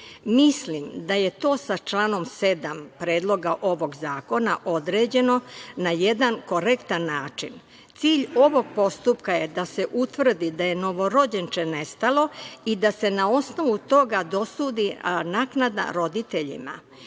da je to sa članom 7. predloga ovog zakona određeno na jedan korektan način. Cilj ovog postupka je da se utvrdi da je novorođenče nestalo i da se na osnovu toga dosudi naknada roditeljima. Mišljenja